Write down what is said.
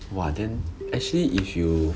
!wah! then actually if you